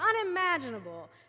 unimaginable